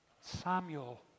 Samuel